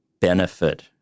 benefit